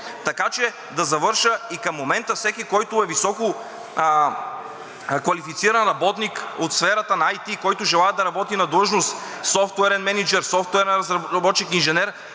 Така че, да завърша, и към момента всеки, който е висококвалифициран работник от сферата на IT, който желае да работи на длъжност „софтуерен мениджър“, „софтуерен разработчик“ „инженер“,